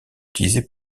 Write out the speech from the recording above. utilisé